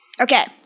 Okay